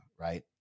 right